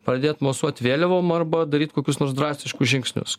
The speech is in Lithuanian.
pradėt mosuot vėliavom arba daryt kokius nors drastiškus žingsnius